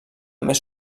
més